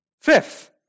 Fifth